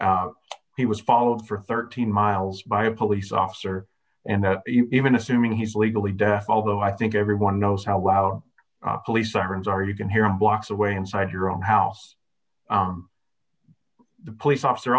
absurd he was followed for thirteen miles by a police officer and even assuming he's legally dead although i think everyone knows how loud police sirens are you can hear blocks away inside your own house the police officer